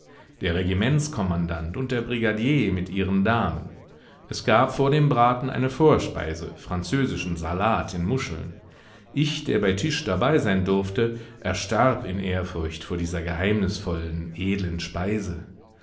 der regimentskommandant und der brigadier mit ihren damen es gab vor dem braten eine vorspeise französischen salat in muscheln ich der bei tisch dabei sein durfte erstarb in ehrfurcht vor dieser geheimnisvollen edlen speise